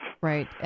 Right